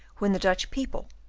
when the dutch people,